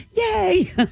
Yay